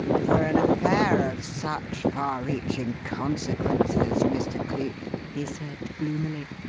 for an affair of such far-reaching consequences, mr. cleek, he said gloomily,